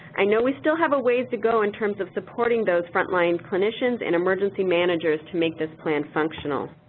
i know we still have a ways to go in terms of supporting those frontline clinicians and emergency managers to make this plan functional.